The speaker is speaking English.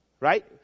right